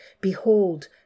Behold